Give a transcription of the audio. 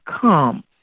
come